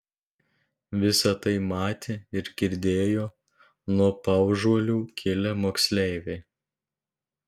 visa tai matė ir girdėjo nuo paužuolių kilę moksleiviai